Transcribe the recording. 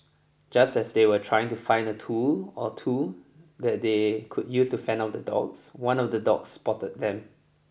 just as they were trying to find a tool or two that they could use to fend off the dogs one of the dogs spotted them